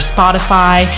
Spotify